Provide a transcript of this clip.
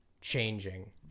changing